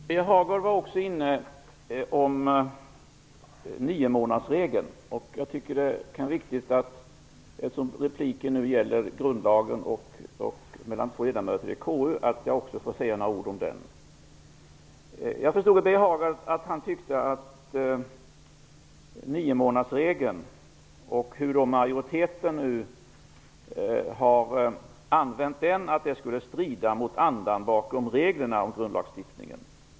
Fru talman! Birger Hagård var tidigare inne på niomånadersregeln. Jag tycker att det är viktigt att jag i en debatt om grundlagsfrågor mellan två ledamöter i KU får säga några ord om den regeln. Jag förstod att Birger Hagård tyckte att niomånadersregeln skulle strida mot andan bakom reglerna i grundlagstiftningen.